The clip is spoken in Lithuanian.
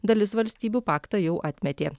dalis valstybių paktą jau atmetė